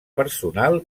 personal